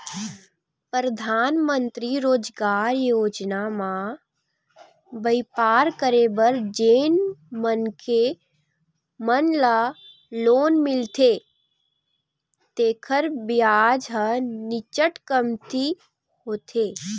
परधानमंतरी रोजगार योजना म बइपार करे बर जेन मनखे मन ल लोन मिलथे तेखर बियाज ह नीचट कमती होथे